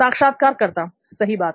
साक्षात्कारकर्ता सही बात